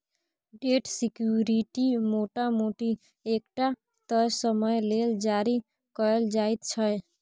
date security मोटा मोटी एकटा तय समय लेल जारी कएल जाइत छै